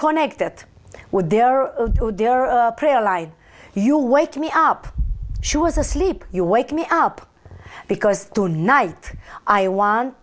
connected with their prayer life you wake me up she was asleep you wake me up because tonight i want